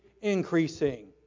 increasing